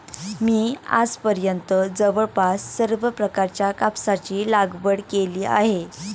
मी आजपर्यंत जवळपास सर्व प्रकारच्या कापसाची लागवड केली आहे